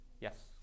Yes